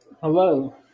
Hello